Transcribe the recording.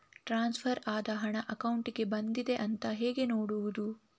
Transfer ಆದ ಹಣ ಅಕೌಂಟಿಗೆ ಬಂದಿದೆ ಅಂತ ಹೇಗೆ ನೋಡುವುದು?